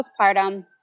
postpartum